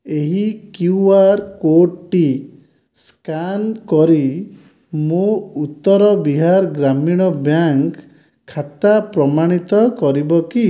ଏହି କ୍ୟୁଆର କୋଡଟି ସ୍କାନ କରି ମୋ ଉତ୍ତର ବିହାର ଗ୍ରାମୀଣ ବ୍ୟାଙ୍କ ଖାତା ପ୍ରମାଣିତ କରିବ କି